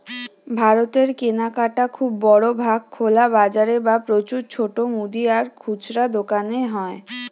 ভারতের কেনাকাটা খুব বড় ভাগ খোলা বাজারে বা প্রচুর ছোট মুদি আর খুচরা দোকানে হয়